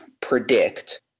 predict